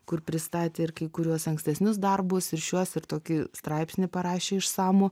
kur pristatė ir kai kuriuos ankstesnius darbus ir šiuos ir tokį straipsnį parašė išsamų